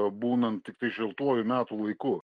būnant tiktai šiltuoju metų laiku